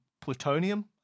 plutonium